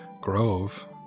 grove